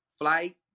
flight